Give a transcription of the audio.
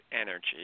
energy